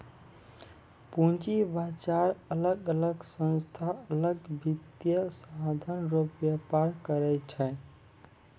पूंजी बाजार अलग अलग संस्था अलग वित्तीय साधन रो व्यापार करै छै